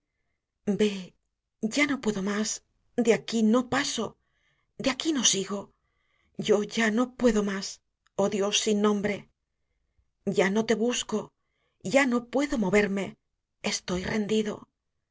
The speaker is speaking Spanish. ya no puedo más de aquí no paso de aquí no sigo yo ya no puedo más oh dios sin nombre ya no te busco ya no puedo morerme estoy rendido